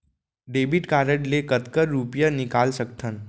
Debit card ले कतका रुपिया निकाल सकथन?